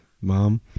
Mom